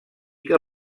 que